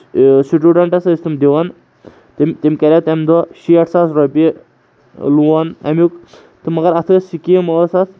سٹوٗڈنٛٹَس ٲسۍ تِم دِوان تٔمۍ تٔمۍ کَریو تَمہِ دۄہ شیٹھ ساس رۄپیہِ لون اَمیُٚک تہٕ مگر اَتھ ٲسۍ سِکیٖم ٲس اَتھ